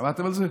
שמעתם את זה?